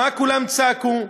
מה כולם צעקו?